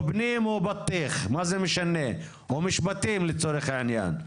פנים או בטיח או משפטים לצורך העניין,